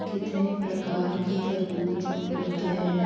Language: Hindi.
कितने प्रकार के तरबूज उपलब्ध हैं